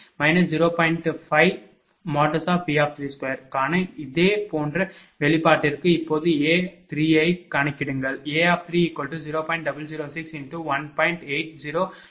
5V32 க்கான இதே போன்ற வெளிப்பாட்டிற்கு இப்போது A3 ஐக் கணக்கிடுங்கள் A30